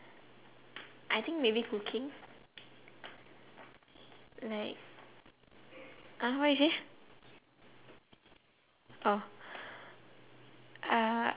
I think maybe cooking like um what you say oh uh